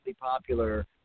popular